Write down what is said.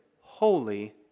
holy